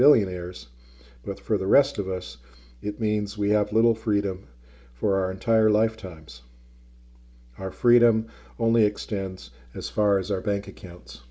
billionaires but for the rest of us it means we have little freedom for our entire lifetimes our freedom only extends as far as our bank accounts